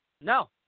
no